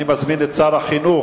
אני מזמין את שר החינוך,